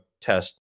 test